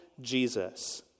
Jesus